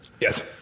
Yes